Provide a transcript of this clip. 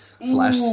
slash